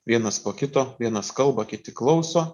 vienas po kito vienas kalba kiti klauso